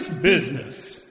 business